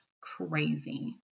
crazy